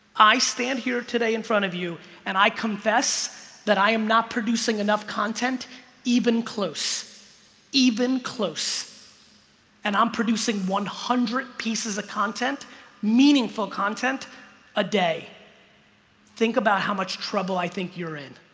i stand here today in front of you and i confess that i am not producing enough content even close even close and i'm producing one hundred pieces of content meaningful content a day think about how much trouble i think you're in